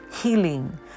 healing